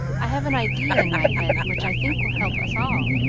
i have an idea in my head which i think will help us all,